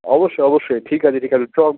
অবশ্য অবশ্যই ঠিক আছে ঠিক আছে চল